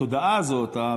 והתודעה הזאת,